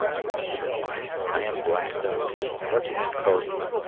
and he replied, i am black duck and what do men call you?